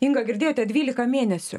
inga girdėjote dvylika mėnesių